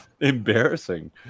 embarrassing